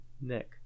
Nick